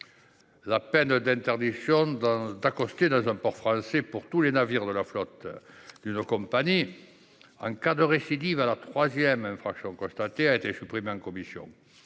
La peine d'interdiction d'accoster dans un port français pour tous les navires de la flotte d'une compagnie, en cas de troisième infraction constatée, a été supprimée en commission.